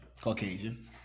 Caucasian